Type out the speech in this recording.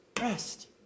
rest